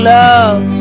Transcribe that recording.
love